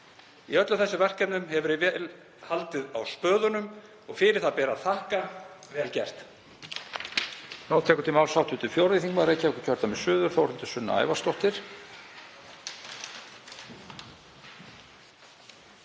Í öllum þessum verkefnum hefur verið vel haldið á spöðunum og fyrir það ber að þakka. Vel gert.